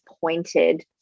pointed